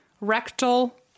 rectal